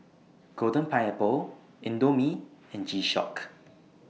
Golden Pineapple Indomie and G Shock